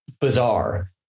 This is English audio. bizarre